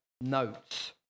notes